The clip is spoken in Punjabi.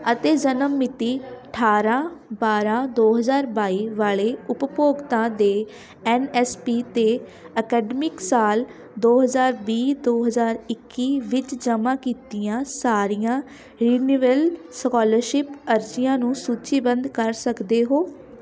ਅਤੇ ਜਨਮ ਮਿਤੀ ਅਠਾਰਾਂ ਬਾਰਾਂ ਦੋ ਹਜ਼ਾਰ ਬਾਈ ਵਾਲੇ ਉਪਭੋਗਤਾ ਦੇ ਐੱਨ ਐੱਸ ਪੀ 'ਤੇ ਅਕੈਡਮਿਕ ਸਾਲ ਦੋ ਹਜ਼ਾਰ ਵੀਹ ਦੋ ਹਜ਼ਾਰ ਇੱਕੀ ਵਿੱਚ ਜਮਾਂ ਕੀਤੀਆਂ ਸਾਰੀਆਂ ਰਿਮਨੀਵਲ ਸ਼ਕੋਲਰਸਿਪ ਅਰਜ਼ੀਆਂ ਨੂੰ ਸੁਚੀਬੱਧ ਕਰ ਸਕਦੇ ਹੋ